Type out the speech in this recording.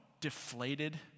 deflated